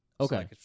Okay